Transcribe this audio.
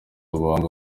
ubuhanga